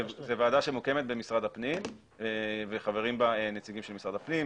זו ועדה שמוקמת במשרד הפנים וחברים בה נציגים של משרד הפנים,